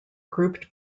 grouped